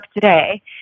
today